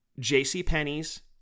JCPenney's